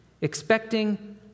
expecting